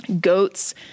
goats